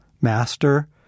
master